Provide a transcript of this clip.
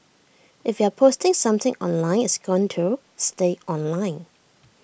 if you're posting something online it's going to stay online